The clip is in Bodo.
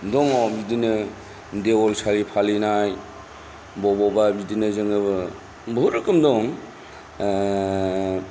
दङ बिदिनो देवोल सालि फालिनाय बबावबा बिदिनो जोङो बहुद रोखोम दं